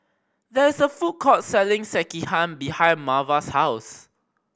there is a food court selling Sekihan behind Marva's house